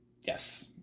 Yes